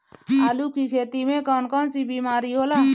आलू की खेती में कौन कौन सी बीमारी होला?